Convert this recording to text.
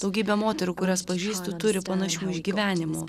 daugybė moterų kurias pažįstu turi panašių išgyvenimų